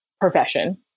profession